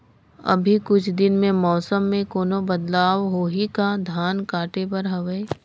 अभी कुछ दिन मे मौसम मे कोनो बदलाव होही का? धान काटे बर हवय?